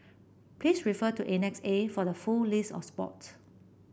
please refer to Annex A for the full list of sport